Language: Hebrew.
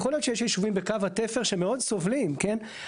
יכול להיות שיש ישובים בקו התפר שמאוד סובלים, כן?